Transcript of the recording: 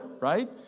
right